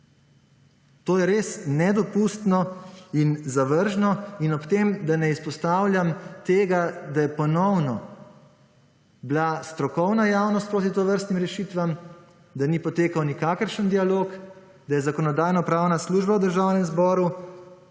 To je res nedopustno in zavržno in ob tem, da ne izpostavljam tega, da je ponovno bila strokovna javnost proti tovrstnim rešitvam, da ni potekal nikakršen dialog, da je Zakonodajno-pravna služba v Državnem zboru